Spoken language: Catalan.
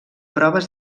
proves